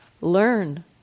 learn